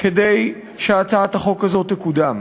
כדי שהצעת החוק הזאת תקודם,